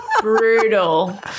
brutal